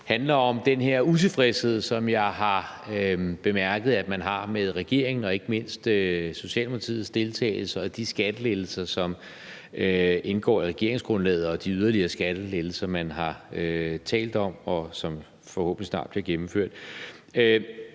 handler om den her utilfredshed, som jeg har bemærket man har over for regeringen, ikke mindst Socialdemokratiets deltagelse og de skattelettelser, som indgår i regeringsgrundlaget, og de yderligere skattelettelser, man har talt om, og som forhåbentlig snart bliver gennemført.